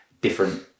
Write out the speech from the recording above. different